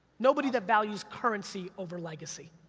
nobody devalues currency over legacy.